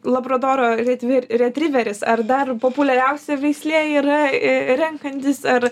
labradoro retvi retriveris ar dar populiariausia veislė yra i renkantis ar